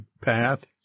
path